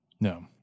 No